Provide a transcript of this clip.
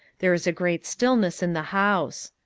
there is a great stillness in the house.